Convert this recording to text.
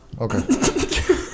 Okay